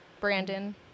Brandon